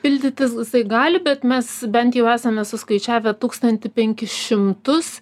pildytis jisai gali bet mes bent jau esame suskaičiavę tūkstantį penkis šimtus